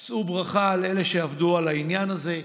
שאו ברכה, אלה שעבדו על העניין הזה.